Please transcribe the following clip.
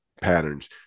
patterns